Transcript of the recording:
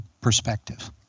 perspective